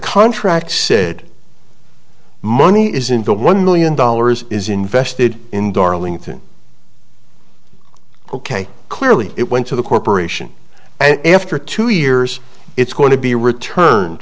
contract said money is in the one million dollars is invested in darlington ok clearly it went to the corporation and after two years it's going to be return